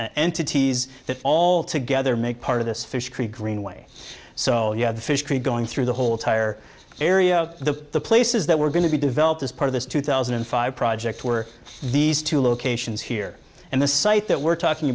entities that all together make part of this fish creek greenway so you have the fish creek going through the whole entire area the places that were going to be developed as part of this two thousand and five project were these two locations here and the site that we're talking